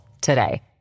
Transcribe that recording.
today